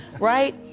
right